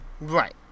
Right